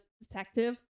detective